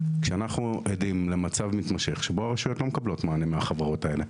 כשאנחנו עדים למצב מתמשך שבו הרשויות לא מקבלות מענה מחברות האלה.